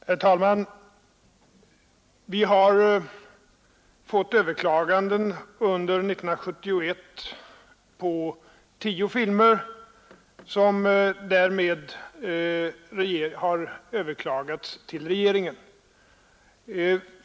Herr talman! Vi har under 1971 fått överklaganden till regeringen beträffande tio filmer.